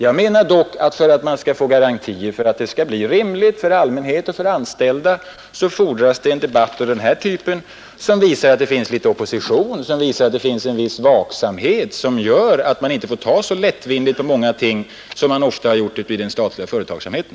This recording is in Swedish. Jag menar dock att för att det skall bli rimliga förhållanden för allmänheten och för de anställda så fordras det en debatt av den här typen som visar att det finns opposition, som visar att det finns en viss vaksamhet som gör att man inte får ta så lättvindigt på många ting som man ofta har gjort i den statliga företagsamheten.